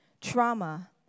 trauma